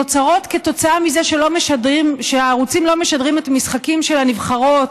שנוצרות כתוצאה מזה שהערוצים לא משדרים את המשחקים של הנבחרות